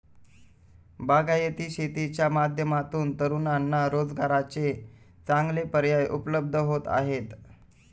बागायती शेतीच्या माध्यमातून तरुणांना रोजगाराचे चांगले पर्याय उपलब्ध होत आहेत